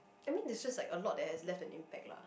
I mean this show like a lot they have left impact lah